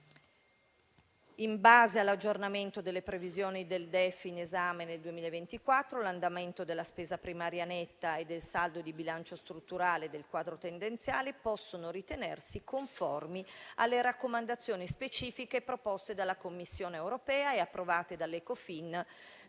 In base all'aggiornamento delle previsioni del DEF in esame nel 2024, l'andamento della spesa primaria netta e l'andamento del saldo di bilancio strutturale del quadro tendenziale possono ritenersi conformi alle raccomandazioni specifiche proposte dalla Commissione europea e approvate dall'Ecofin nel